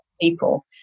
people